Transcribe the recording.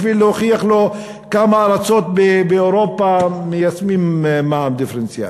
בשביל להוכיח לו כמה ארצות באירופה מיישמות מע"מ דיפרנציאלי.